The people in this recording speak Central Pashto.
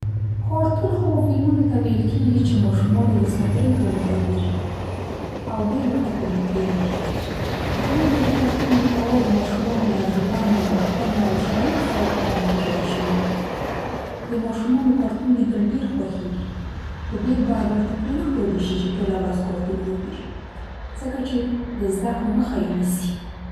کارتون هغو فلمونو ته ویل کېږي چې ماشومان یې د ساعتېرۍ په موخه ګوري او ډېر ورته په زړه پورې دي. د لوبو د کارتون محتوا د ماشومانو له ژوند، غوښتنو او شرایطو سره په پام کې جوړه شوې وي. د ماشومانو کارتون لیدل ډېر خوښېږي، خو ډېر باید ورته پرېنښودل شي چې ټوله ورځ کارتون وګوري؛ ځکه چې د زده کړو مخه یې نیسي.